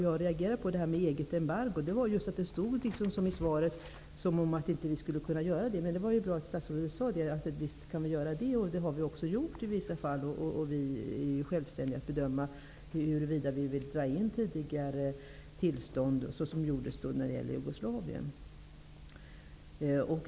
Jag reagerade på detta med eget embargo, eftersom jag uppfattade att det stod i svaret att vi inte skulle kunna införa det. Det var bra att statsrådet sade att vi visst kan göra det och att vi också har gjort det i vissa fall. Vi är ju självständiga att bedöma huruvida vi vill dra in tidigare tillstånd. Det gjordes när det gällde Jugoslavien.